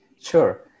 Sure